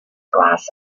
glass